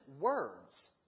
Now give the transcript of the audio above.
words